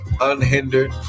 unhindered